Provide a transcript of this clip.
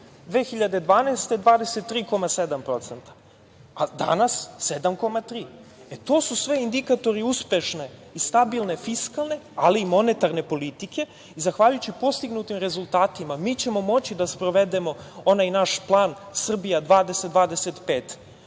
2012. godine 23,7%. Danas – 7,3%. E, to su sve indikatori uspešne i stabilne fiskalne, ali i monetarne politike. Zahvaljujući postignutim rezultatima, mi ćemo moći da sprovedemo onaj naš plan „Srbija 2025“